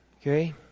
Okay